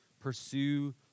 Pursue